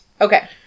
Okay